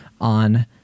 on